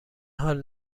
حال